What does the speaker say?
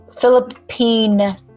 Philippine